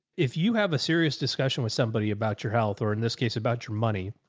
if you have a serious discussion with somebody about your health or in this case about your money,